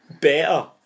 better